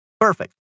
Perfect